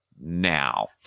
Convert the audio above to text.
now